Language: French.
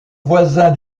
voisin